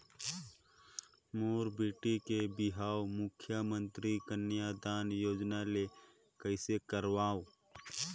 मोर बेटी के बिहाव मुख्यमंतरी कन्यादान योजना ले कइसे करव?